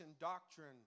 doctrine